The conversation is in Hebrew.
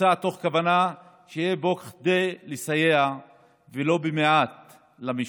בוצע תוך כוונה שיהיה בו כדי לסייע ולו במעט למשפחות.